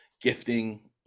gifting